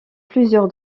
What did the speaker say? plusieurs